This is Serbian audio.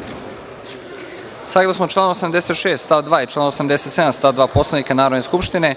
Grujić. Saglasno članu 86. stav 2 i članu 87. stav 2. Poslovnika Narodne skupštine,